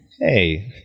hey